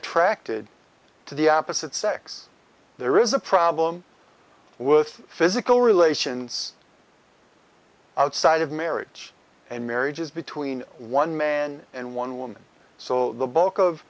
attracted to the opposite sex there is a problem with physical relations outside of marriage and marriage is between one man and one woman so the bulk of